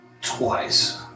twice